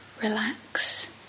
relax